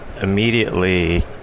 immediately